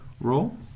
roll